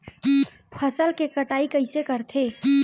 फसल के कटाई कइसे करथे?